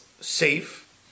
safe